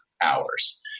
hours